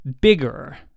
bigger